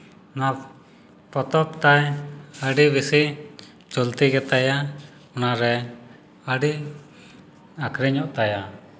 ᱱᱚᱣᱟ ᱯᱚᱛᱚᱵ ᱛᱟᱭ ᱟᱹᱰᱤ ᱵᱮᱥᱤ ᱪᱚᱞᱛᱤ ᱜᱮᱛᱟᱭᱟ ᱚᱱᱟᱨᱮ ᱟᱹᱰᱤ ᱟᱹᱠᱷᱨᱤᱧᱚᱜ ᱛᱟᱭᱟ